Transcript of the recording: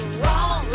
wrong